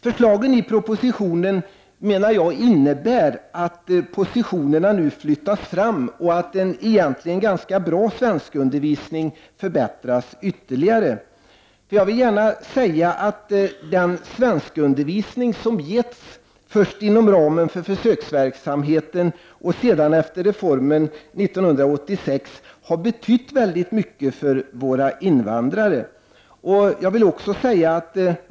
Förslagen i propositionen innebär att positionerna nu flyttas fram och att en egentligen ganska bra svenskundervisning förbättras ytterligare. Jag vill gärna säga att den svenskundervisning som getts först inom ramen för försöksverksamheten och sedan efter reformen 1986, har betytt väldigt mycket för våra invandrare.